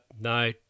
no